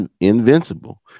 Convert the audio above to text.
invincible